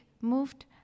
moved